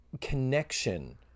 connection